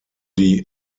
die